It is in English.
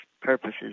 purposes